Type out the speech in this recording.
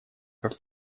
как